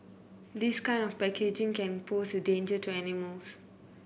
this kind of packaging can pose a danger to animals